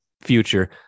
future